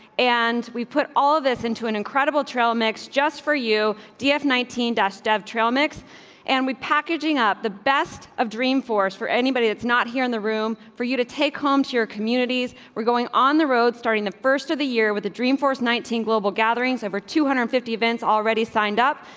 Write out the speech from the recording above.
and we put all of this into an incredible trail mix just for you, d f nineteen dust of trail mix and we packaging up the best of dreamforce for anybody that's not here in the room for you to take home to your communities. we're going on the road starting the first of the year with the dreamforce nineteen global gatherings over two hundred and fifty events already signed up.